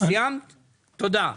סיימת תודה.